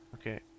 Okay